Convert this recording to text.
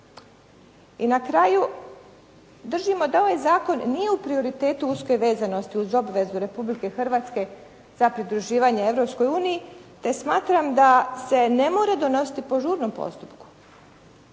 I na kraju držimo da ovaj zakon nije u prioritetu uske vezanosti uz obvezu Republike Hrvatske za pridruživanje Europskoj uniji te smatram da se ne mora donositi po žurnom postupku.